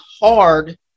hard